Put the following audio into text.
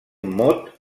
mot